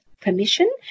permission